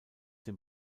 dem